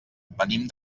venim